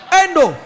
endo